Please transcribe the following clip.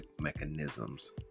mechanisms